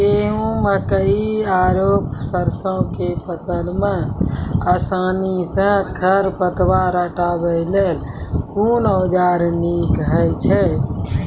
गेहूँ, मकई आर सरसो के फसल मे आसानी सॅ खर पतवार हटावै लेल कून औजार नीक है छै?